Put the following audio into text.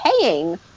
paying